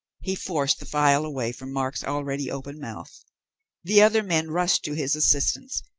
he forced the phial away from mark's already open mouth the other men rushed to his assistance,